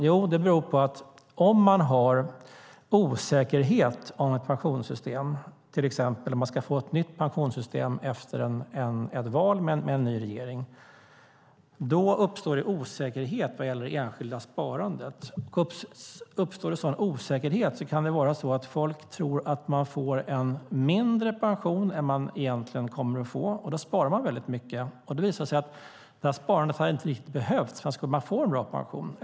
Jo, det beror på att om man har osäkerhet om ett pensionssystem - till exempel om man ska få ett nytt pensionssystem efter ett val med en ny regering - uppstår det osäkerhet vad gäller det enskilda sparandet. Uppstår det sådan osäkerhet kan det vara så att människor tror att de får en mindre pension än vad de egentligen kommer att få, och då sparar de väldigt mycket. Det visar sig att det sparandet inte riktigt hade behövts för att få en bra pension.